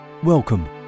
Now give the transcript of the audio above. Welcome